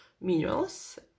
minerals